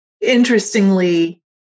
interestingly